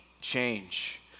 change